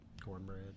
cornbread